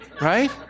right